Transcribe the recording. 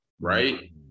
right